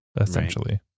essentially